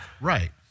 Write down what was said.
right